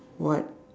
what